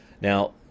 Now